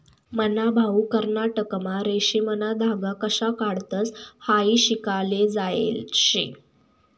मन्हा भाऊ कर्नाटकमा रेशीमना धागा कशा काढतंस हायी शिकाले जायेल शे